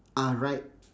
are right